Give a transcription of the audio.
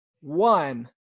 one